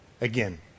Again